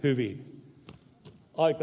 aika täyttyi